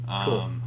Cool